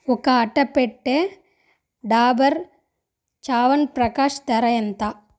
ఒక అట్టపెట్టె డాబర్ చావన్ ప్రకాష్ ధర ఎంత